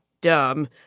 dumb